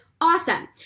awesome